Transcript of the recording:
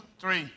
three